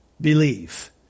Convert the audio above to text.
believe